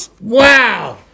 Wow